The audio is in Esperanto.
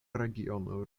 regiono